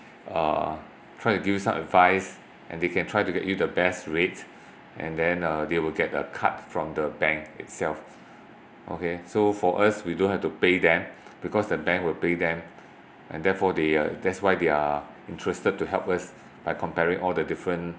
uh try to give some advice and they can try to get you the best rate and then uh they will get a card from the bank itself okay so for us we don't have to pay them because the bank will pay them and therefore they uh that's why they are interested to help us by comparing all the different